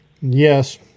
Yes